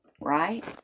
Right